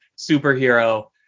superhero